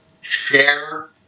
share